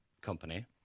company